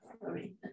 sorry